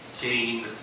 gain